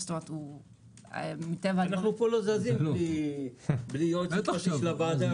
אנחנו פה לא זזים בלי יועץ משפטי של הוועדה.